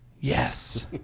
Yes